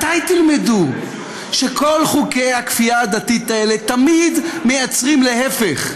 מתי תלמדו שכל חוקי הכפייה הדתית האלה תמיד מייצרים להפך?